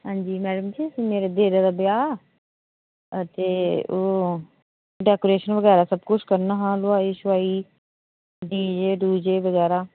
हां जी मैडम जी मेरे देरै दा ब्याह् ते ओह् डेकोरेशन बगैरा सबकुछ करना हा ते लुआई शुआई डी जे डूजे बगैरा